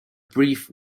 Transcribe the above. brief